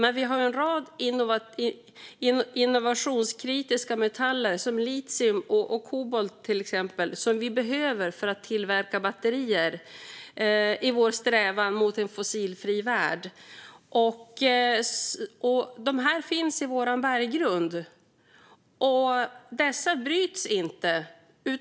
En rad innovationskritiska metaller, till exempel litium och kobolt, som behövs för att tillverka batterier, en del i vår strävan efter en fossilfri värld, finns i vår berggrund - men de bryts inte.